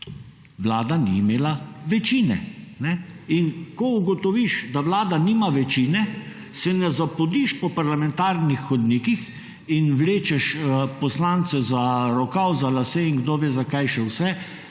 vlada ni imela večine. In ko ugotoviš, da vlada nima večine, se ne zapodiš po parlamentarnih hodnikih in vlečeš poslance za rokav, za lase in kdove za kaj še vse,